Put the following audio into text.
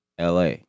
LA